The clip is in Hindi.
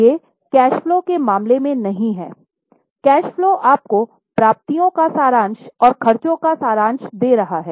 ये कैश फलो के मामले में नहीं है कैश फलो आपको प्राप्तियों का सारांश और खर्चों का सारांश दे रहा है